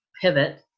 pivot